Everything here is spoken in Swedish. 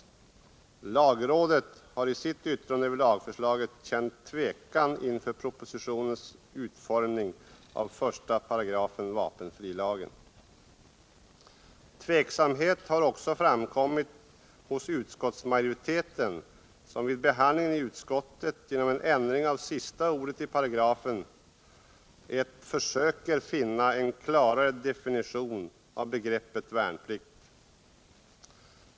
Lagrådet har i sitt yttrande över lagförslaget känt tvekan inför utformningen i propositionen av 1 § vapenfrilagen. Tveksamhet har också framkommit hos utskottsmajoriteten, som vid behandlingen i utskottet genom en ändring av sista ordet i 1§ försökt åstadkomma en klarare definition av begreppet värnplikt.